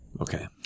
Okay